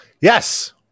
Yes